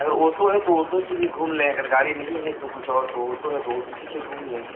اگر اوٹو ہے تو اوٹو سے بھی گھوم لیں اگر گاڑی نہیں ہے تو کچھ اور تو اوٹو ہے تو اوٹو ہی سے گھوم لیں